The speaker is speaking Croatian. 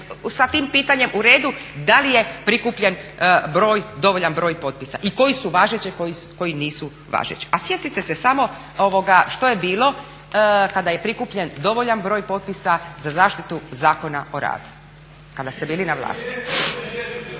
sa tim pitanjem u redu, da li je prikupljen dovoljan broj potpisa i koji su važeći koji nisu važeći. A sjetite se samo što je bilo kada je prikupljen dovoljan broj potpisa za zaštitu Zakona o radu kada ste bili na vlasti.